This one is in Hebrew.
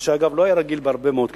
מה שאגב לא היה רגיל בהרבה מאוד כנסות,